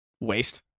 waste